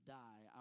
die